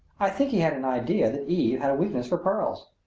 i think he had an idea that eve had a weakness for pearls.